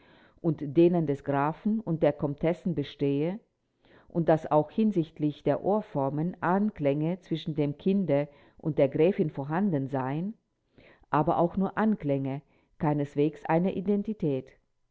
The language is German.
und denen des grafen und der komtessen bestehe und daß auch hinsichtlich der ohrformen anklänge zwischen dem kinde und der gräfin vorhanden seien aber auch nur anklänge keineswegs eine identität